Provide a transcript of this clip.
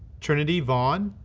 trinity vaughan,